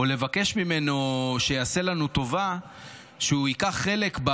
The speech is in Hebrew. או לבקש ממנו שיעשה לנו טובה שהוא ייקח חלק,